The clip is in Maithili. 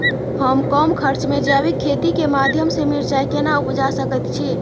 हम कम खर्च में जैविक खेती के माध्यम से मिर्चाय केना उपजा सकेत छी?